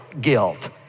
guilt